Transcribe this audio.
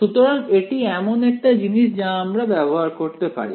সুতরাং এটি এমন একটা জিনিস যা আমরা ব্যবহার করতে পারি